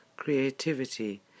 creativity